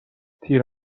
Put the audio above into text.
تیر